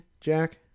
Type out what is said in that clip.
Jack